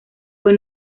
fue